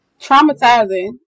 Traumatizing